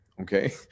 Okay